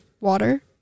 water